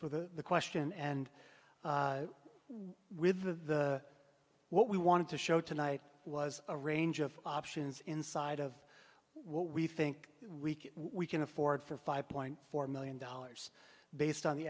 for the question and with the what we wanted to show tonight was a range of options inside of what we think we can we can afford for five point four million dollars based on the